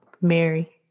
Mary